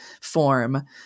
form